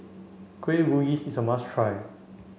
Kueh Bugis is a must try